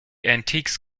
antiques